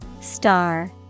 Star